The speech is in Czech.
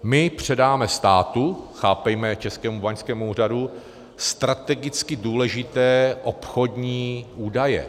My předáme státu, chápejme Českému báňskému úřadu, strategicky důležité obchodní údaje.